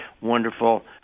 wonderful